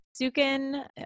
Sukin